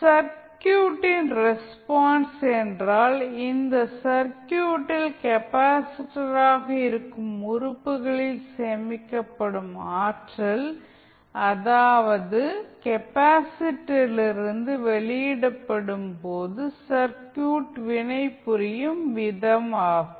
சர்க்யூட்டின் ரெஸ்பான்ஸ் என்றால் இந்த சர்க்யூட்டில் கெப்பாசிட்டராக இருக்கும் உறுப்புகளில் சேமிக்கப்படும் ஆற்றல் அதாவது கெப்பாசிட்டரிலிருந்து வெளியிடப்படும் போது சர்க்யூட் வினைபுரியும் விதம் ஆகும்